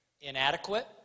inadequate